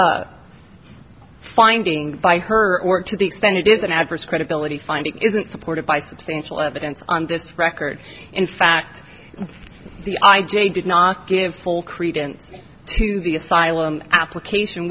finding by her or to the extent it is an adverse credibility finding isn't supported by substantial evidence on this record in fact the i j a did not give full credence to the asylum application